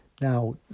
Now